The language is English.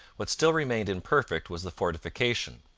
what still remained imperfect was the fortification.